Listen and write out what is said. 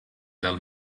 dal